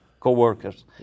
co-workers